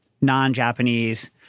non-Japanese